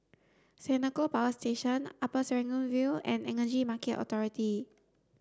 Senoko Power Station Upper Serangoon View and Energy Market Authority